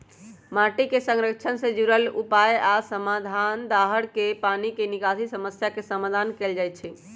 माटी के संरक्षण से जुरल उपाय आ समाधान, दाहर के पानी के निकासी समस्या के समाधान कएल जाइछइ